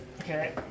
Okay